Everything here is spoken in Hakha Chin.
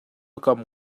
kam